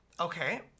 Okay